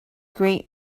great